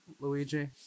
Luigi